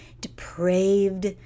depraved